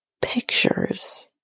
pictures